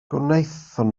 gwnaethon